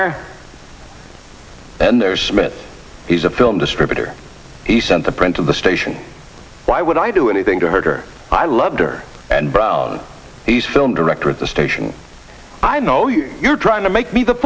or and there's smith he's a film distributor he sent the print to the station why would i do anything to hurt her i loved her and brown the film director at the station i know you're trying to make me the